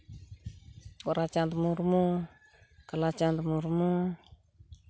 Gorachand Murmu Kalachand Murmu